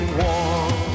warm